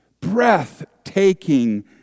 breathtaking